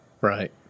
Right